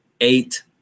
eight